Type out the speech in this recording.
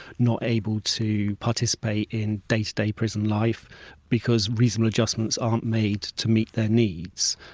not able to participate in day to day prison life because reasonable adjustments aren't made to meet their needs.